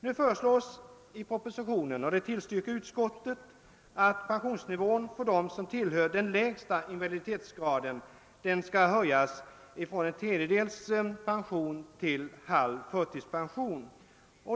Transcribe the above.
Nu föreslås i propositionen — och det tillstyrker utskottet — att pensionsnivån för dem som tillhör den lägsta pensionsgraden skall höjas till halv förtidspension.